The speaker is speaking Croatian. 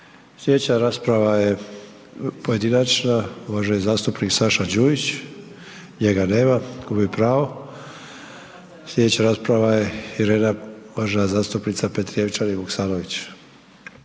Slijedeća rasprava je pojedinačna, uvaženi zastupnik Saša Đujić, njega nema, gubi pravo. Slijedeća rasprava je Irena, uvažena zastupnica Petrijevčanin Vuksanović.